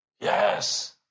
Yes